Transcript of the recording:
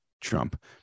Trump